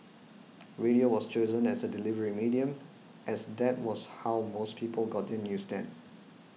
radio was chosen as the delivery medium as that was how most people got their news then